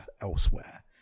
elsewhere